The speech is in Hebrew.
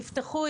תפתחו,